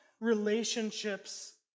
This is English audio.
Relationships